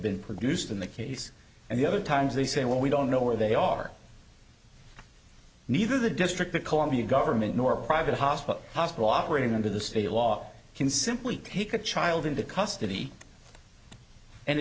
been produced in the case and the other times they say well we don't know where they are neither the district of columbia government nor a private hospital hospital operating under the state law can simply pick a child into custody and